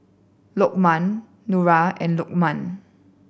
Lokman Nura and Lukman